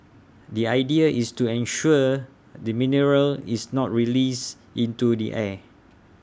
the idea is to ensure the mineral is not released into the air